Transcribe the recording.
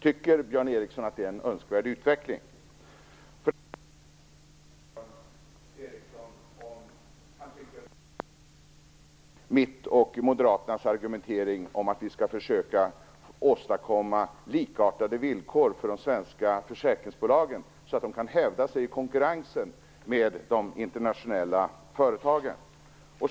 Tycker Björn Ericson att det är en önskvärd utveckling? Jag vill också fråga Björn Ericson vad han tycker om min och Moderaternas argumentering om att vi skall försöka åstadkomma likartade villkor för de svenska försäkringsbolagen så att de kan hävda sig i konkurrensen med de internationella företagen.